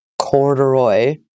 corduroy